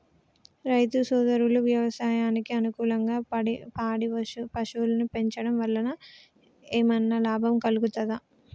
రైతు సోదరులు వ్యవసాయానికి అనుకూలంగా పాడి పశువులను పెంచడం వల్ల ఏమన్నా లాభం కలుగుతదా?